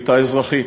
בשליטה אזרחית,